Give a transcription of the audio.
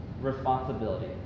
responsibility